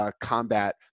combat